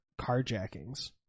Carjackings